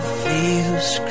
feels